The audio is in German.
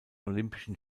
olympischen